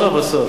בסוף.